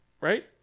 right